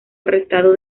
arrestado